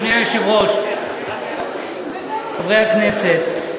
אדוני היושב-ראש, חברי הכנסת,